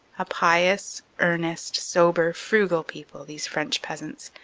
a pious, earnest, sober, frugal people, these french peasants,